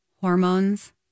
hormones